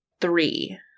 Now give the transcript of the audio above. three